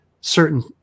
certain